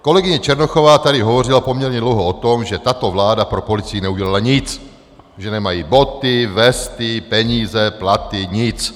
Kolegyně Černochová tady hovořila poměrně dlouho o tom, že tato vláda pro policii neudělala nic, že nemají boty, vesty, peníze, platy, nic.